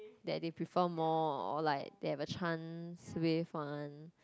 that they prefer more or like they have a chance with one